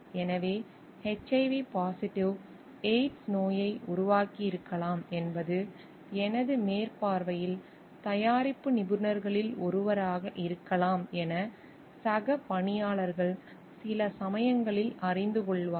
எனவே HIV positive AIDS நோயை உருவாக்கியிருக்கலாம் என்பது எனது மேற்பார்வையில் தயாரிப்பு நிபுணர்களில் ஒருவராக இருக்கலாம் என சக பணியாளர்கள் சில சமயங்களில் அறிந்துகொள்வார்கள்